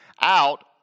out